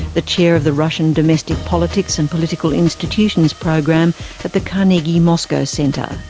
the chair of the russian domestic politics and political institutions program at the carnegie moscow center.